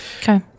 Okay